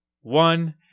one